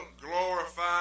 glorify